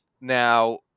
Now